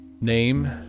Name